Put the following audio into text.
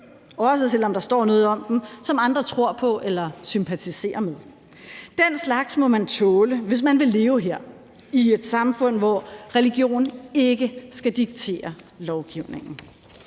også selv om der står noget i dem, som andre tror på eller sympatiserer med. Den slags må man tåle, hvis man vil leve her i et samfund, hvor religion ikke skal diktere lovgivningen.